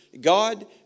God